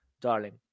darling